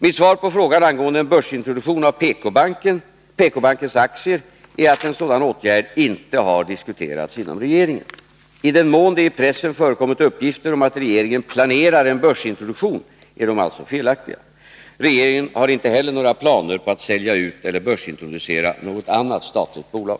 Mitt svar på frågan angående en börsintroduktion av PKbankens aktier är att en sådan åtgärd inte har diskuterats inom regeringen. I den mån det i pressen förekommit uppgifter om att regeringen planerar en börsintroduktion är de alltså felaktiga. Regeringen har inte heller några planer på att sälja ut eller börsintroducera något annat statligt bolag.